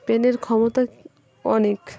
পেনের ক্ষমতা অনেক